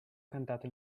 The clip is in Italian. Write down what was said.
cantato